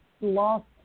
Lost